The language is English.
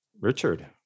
Richard